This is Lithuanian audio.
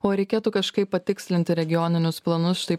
o reikėtų kažkaip patikslinti regioninius planus štai